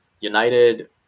United